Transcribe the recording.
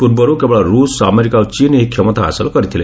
ପୂର୍ବରୁ କେବଳ ରୁଷ ଆମେରିକା ଓ ଚୀନ ଏହି କ୍ଷମତା ହାସଲ କରିଥିଲେ